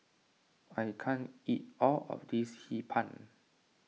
I can't eat all of this Hee Pan